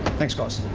thanks guys.